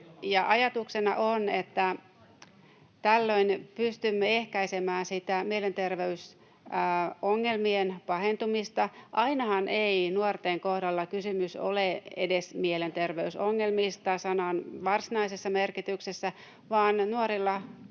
Ajatuksena on, että tällöin pystymme ehkäisemään mielenterveysongelmien pahentumista. Ainahan ei nuorten kohdalla kysymys ole edes mielenterveysongelmista sanan varsinaisessa merkityksessä, vaan nuorilla on huolia,